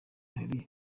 hari